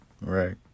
Right